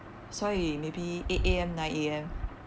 所以 maybe eight A_M nine A_M